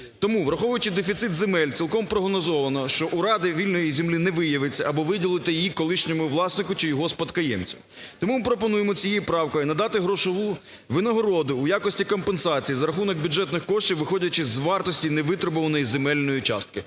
Тому, враховуючи дефіцит земель, цілком прогнозовано, що у ради вільної землі не виявиться, аби виділити її колишньому власнику чи його спадкоємцю. Тому ми пропонуємо цією правкою надати грошову винагороду у якості компенсації за рахунок бюджетних коштів, виходячи з вартості не витребуваної земельної частки.